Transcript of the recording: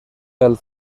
pel